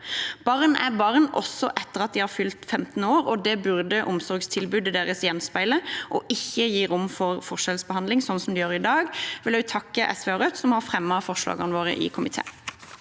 Barn er barn, også etter at de har fylt 15 år, og det burde omsorgstilbudet deres gjenspeile og ikke gi rom for forskjellsbehandling sånn som det gjør i dag. Jeg vil også takke SV og Rødt, som har fremmet forslagene våre i komiteen.